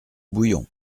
bouillon